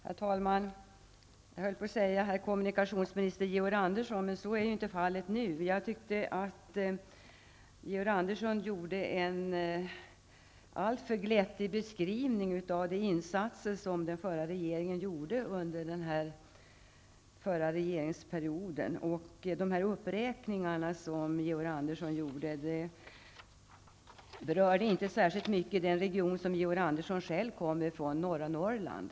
Herr talman! Jag höll på att säga herr kommunikationsminister Georg Andersson, men så är ju inte fallet nu. Jag tycker att Georg Andersson gjorde en alltför glättig beskrivning av de insatser som den förra regeringen gjorde under sin regeringsperiod. De uppräkningar som Georg Andersson gjorde berör inte särskilt mycket den region som Georg Andersson själv kommer från, norra Norrland.